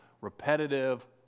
repetitive